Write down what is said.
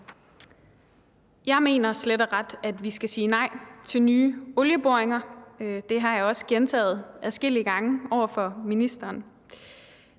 Jeg mener slet og ret, at vi skal sige nej til nye olieboringer. Det har jeg også gentaget adskillige gange over for ministeren.